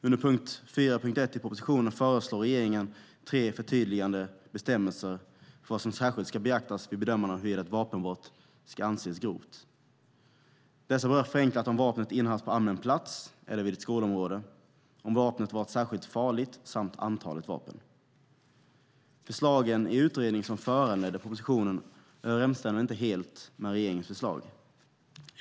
Under punkt 4.1 i propositionen föreslår regeringen tre förtydligande bestämmelser för vad som särskilt ska beaktas vid bedömande av huruvida ett vapenbrott ska anses grovt. Dessa berör förenklat om vapnet innehafts på allmän plats eller vid skolområde, om vapnet varit särskilt farligt samt antalet vapen. Förslagen i utredningen som föranledde propositionen överensstämmer inte helt med regeringens förslag.